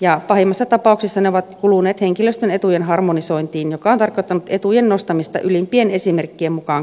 ja pahimmassa tapauksessa ne ovat kuluneet henkilöstön etujen harmonisointiin joka on tarkoittanut etujen nostamista ylimpien esimerkkien mukaan kaikille